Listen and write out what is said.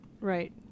Right